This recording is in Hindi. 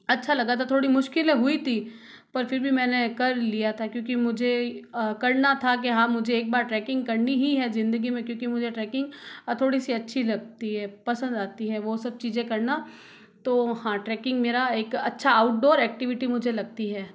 अच्छा लगा था थोड़ी मुश्किलें हुई थी पर फिर भी मैंने कर लिया था क्योंकि मुझे करना था के हाँ मुझे एक बार ट्रैकिंग करनी ही है ज़िन्दगी में क्योंकि ट्रैकिंग थोड़ी सी अच्छी लगती है पसंद आती है वो सब चीज़ें करना तो हाँ ट्रैकिंग मेरा एक अच्छा आउटडोर एक्टिविटी मुझे लगती है